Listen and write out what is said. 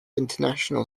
international